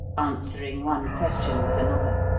answering one question with another,